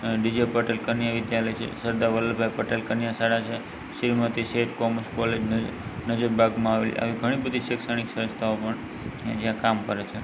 D J Patel Kanya Vidyalaya છે સરદાર વલ્લભભાઈ પટેલ કન્યા શાળા છે Shrimati Sheth commerce college નજરબાગમાં આવેલ આવી ઘણી બધી શૈક્ષણિક સંસ્થાઓ પણ એ જ્યાં કામ કરે છે